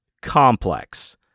complex